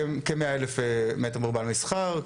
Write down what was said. כ-100 אלף מ"ר למסחר,